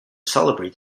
celebrate